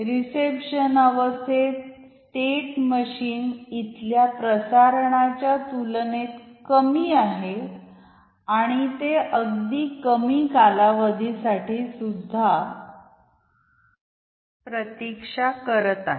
reception अवस्थेत state machine इथल्या प्रसारणाच्या तुलनेत कमी आहे आणि ते अगदी कमी कालावधीसाठी सुद्धा प्रतीक्षा करत आहे